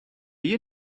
you